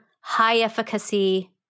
high-efficacy